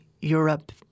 Europe